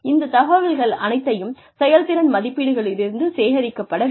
இந்த தகவல்கள் அனைத்தையும் செயல்திறன் மதிப்பீடுகளிலிருந்து சேகரிக்கப்பட வேண்டும்